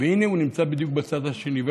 והינה, הוא נמצא בדיוק בצד השני.